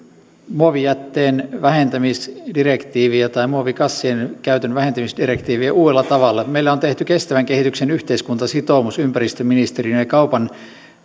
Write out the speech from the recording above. muovijätteen vähentämisdirektiiviä muovikassien käytön vähentämisdirektiiviä uudella tavalla meillä on tehty kestävän kehityksen yhteiskuntasitoumus ympäristöministeriön ja kaupan